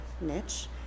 niche